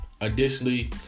Additionally